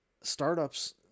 startups